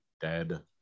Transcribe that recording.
dead